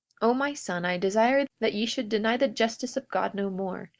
o my son, i desire that ye should deny the justice of god no more.